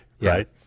right